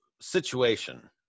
situation